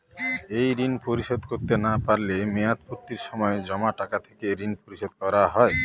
এই ঋণ পরিশোধ করতে না পারলে মেয়াদপূর্তির সময় জমা টাকা থেকে ঋণ পরিশোধ করা হয়?